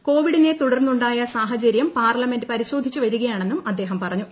് കോവിഡിനെ തുടർന്നുണ്ടായ സാഹചര്യം പാർലമെന്റ് പരിശ്രോധിച്ചു വരികയാണെന്നും അദ്ദേഹം പറഞ്ഞു